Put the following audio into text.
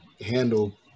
handle